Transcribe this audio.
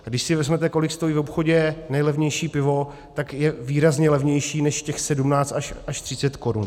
A když si vezmete, kolik stojí v obchodě nejlevnější pivo, tak je výrazně levnější než těch 17 až 30 korun.